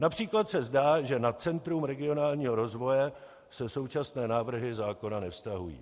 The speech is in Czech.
Například se zdá, že na Centrum regionálního rozvoje se současné návrhy zákona nevztahují.